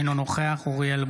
אינו נוכח אביחי אברהם